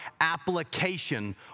application